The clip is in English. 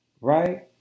Right